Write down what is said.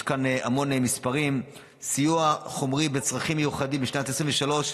יש כאן המון מספרים: סיוע חומרי בצרכים מיוחדים בשנת 2023,